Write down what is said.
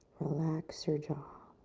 relax your jaw.